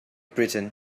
britain